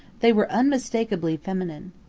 they were unmistakably feminine.